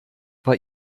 war